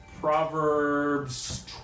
Proverbs